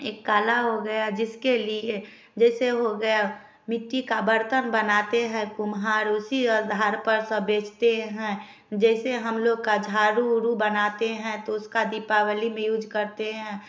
एक कला हो गया जिसके लिए जैसे हो गया मिट्टी का बर्तन बनाते हैं कुम्हार उसी आधार पर सब बेचते हैं जैसे हम लोग का झाड़ू उडू बनाते हैं तो उसका दीपावली में यूज़ करते हैं